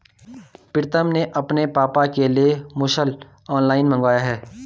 प्रितम ने अपने पापा के लिए मुसल ऑनलाइन मंगवाया है